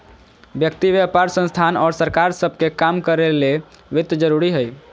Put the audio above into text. व्यक्ति व्यापार संस्थान और सरकार सब के काम करो ले वित्त जरूरी हइ